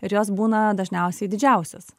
ir jos būna dažniausiai didžiausios